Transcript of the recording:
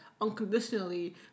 unconditionally